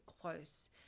close